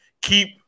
Keep